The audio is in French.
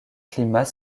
climat